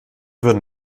würden